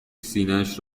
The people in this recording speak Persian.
سینهاش